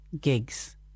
gigs